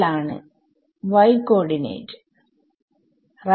y coordinate